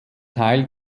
teil